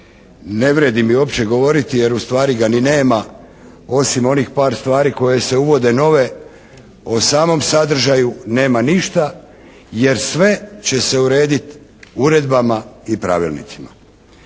ne vrijedi mi opće govoriti jer ustvari ga ni nema, osim onih par stvari koje se uvode nove. O samom sadržaju nema ništa. Jer sve će se urediti uredbama i pravilnicima.